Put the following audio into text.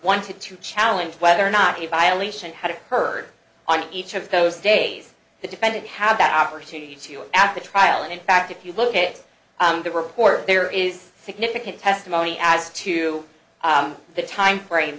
wanted to challenge whether or not a violation had occurred on each of those days the defendant have that opportunity to you after the trial and in fact if you look at the report there is significant testimony as to the time frame